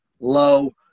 Low